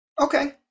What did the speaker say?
Okay